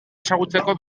ezagutzeko